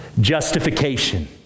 Justification